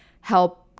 help